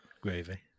Gravy